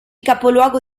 capoluogo